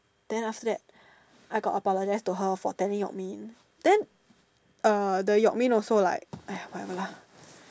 then after that I got apologize to her for telling Yok-Min then uh the Yok-Min also like !aiya! whatever lah